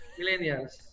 Millennials